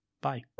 Bye